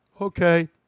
Okay